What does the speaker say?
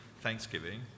Thanksgiving